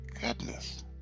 goodness